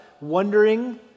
wondering